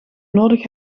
nodig